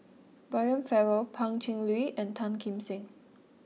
Brian Farrell Pan Cheng Lui and Tan Kim Seng